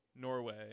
Norway